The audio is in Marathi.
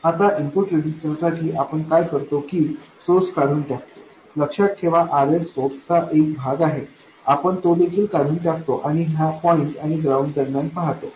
आता इनपुट रेजिस्टन्ससाठी आपण काय करतो की सोर्स काढून टाकतो लक्षात ठेवा Rs सोर्स चा एक भाग आहे आपण तो देखील काढून टाकतो आणि ह्या पॉईंट आणि ग्राउंड दरम्यान पाहतो